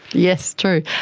yes, true.